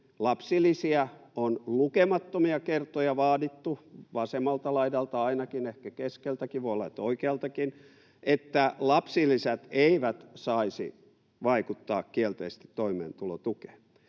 esimerkiksi lukemattomia kertoja vaadittu — vasemmalta laidalta ainakin, ehkä keskeltäkin, ja voi olla, että oikealtakin — että lapsilisät eivät saisi vaikuttaa kielteisesti toimeentulotukeen.